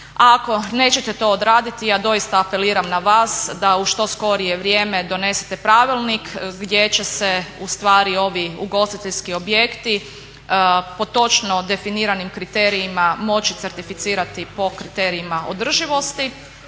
ako nećete to odraditi ja doista apeliram na vas da u što skorije vrijeme donesete pravilnik gdje će se ustvari ovi ugostiteljski objekti po točno definiranim kriterijima moći certificirati po kriterijima održivosti.